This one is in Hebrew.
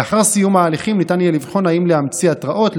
לאחר סיום ההליכים ניתן יהיה לבחון אם להמציא התראות,